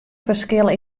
ferskil